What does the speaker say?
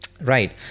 right